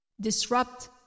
disrupt